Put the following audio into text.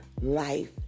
life